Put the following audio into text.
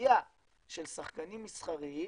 הנטייה של שחקנים מסחריים,